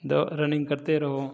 दौ रनिंग करते रहो